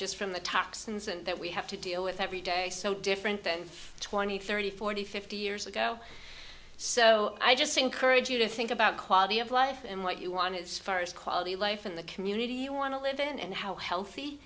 just from the toxins and that we have to deal with every day so different than twenty thirty forty fifty years ago so i just encourage you to think about quality of life and what you wanted as far as quality of life and the community you want to live in and how healthy